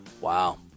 Wow